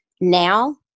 Now